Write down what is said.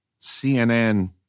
CNN